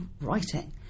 writing